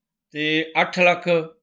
ਅਤੇ ਅੱਠ ਲੱਖ